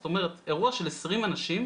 זאת אומרת, אירוע של 20 אנשים,